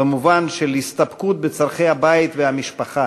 במובן של הסתפקות בצורכי הבית והמשפחה,